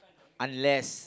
unless